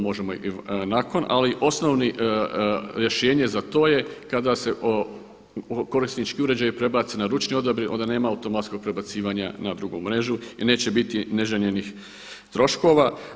Možemo i nakon, ali osnovno rješenje za to je kada se korisnički uređaji prebace na ručni odabir onda nema automatskog prebacivanja na drugu mrežu i neće biti neželjenih troškova.